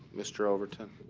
mr. overton?